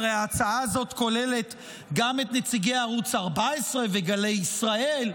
הרי ההצעה הזאת כוללת גם את נציגי ערוץ 14 וגלי ישראל,